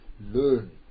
learn